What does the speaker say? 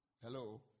Hello